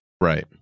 Right